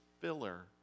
filler